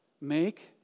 Make